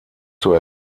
zur